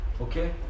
okay